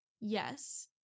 Yes